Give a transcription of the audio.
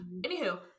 Anywho